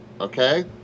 okay